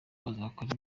azakora